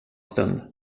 stund